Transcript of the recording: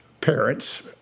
parents